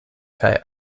kaj